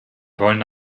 wollen